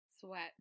sweat